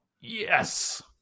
Yes